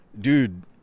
Dude